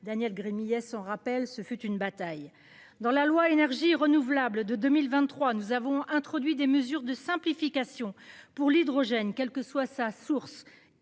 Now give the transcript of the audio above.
Daniel Gremillet son rappelle ce fut une bataille dans la loi énergie renouvelable de 2023 nous avons introduit des mesures de simplification pour l'hydrogène, quelle que soit sa source